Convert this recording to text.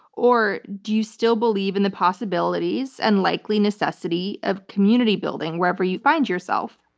or, do you still believe in the possibilities and likely necessity of community building wherever you find yourself?